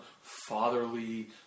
fatherly